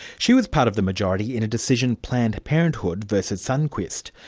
she was part of the majority in a decision planned parenthood versus sunquist,